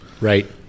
Right